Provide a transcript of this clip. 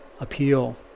appeal